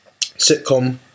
sitcom